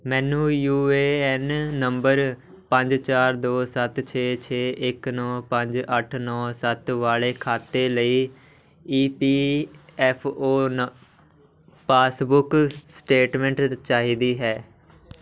ਮੈਨੂੰ U A N ਨੰਬਰ ਪੰਜ ਚਾਰ ਦੋ ਸੱਤ ਛੇ ਛੇ ਇੱਕ ਨੌ ਪੰਜ ਅੱਠ ਨੌ ਸੱਤ ਵਾਲੇ ਖਾਤੇ ਲਈ ਈ ਪੀ ਐੱਫ ਓ ਨ ਪਾਸਬੁੱਕ ਸਟੇਟਮੈਂਟ ਚਾਹੀਦੀ ਹੈ